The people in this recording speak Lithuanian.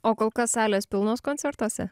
o kol kas salės pilnos koncertuose